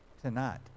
tonight